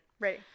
ready